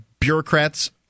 bureaucrats